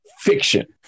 fiction